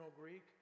Greek